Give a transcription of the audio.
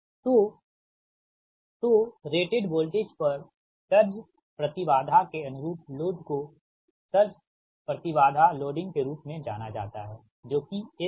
तो rated voltage पर surge प्रति बाधा के अनुरूप लोड को सर्ज प्रति बाधा लोडिंग के रूप में जाना जाता है जो कि SIL है